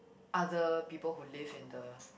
other people who live in the